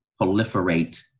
proliferate